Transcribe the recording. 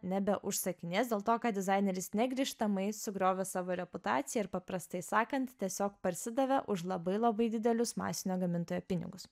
nebeužsakinės dėl to ką dizaineris negrįžtamai sugriovė savo reputaciją ir paprastai sakant tiesiog parsidavė už labai labai didelius masinio gamintojo pinigus